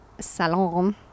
salon